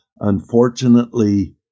Unfortunately